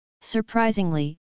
Surprisingly